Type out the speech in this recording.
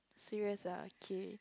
serious uh okay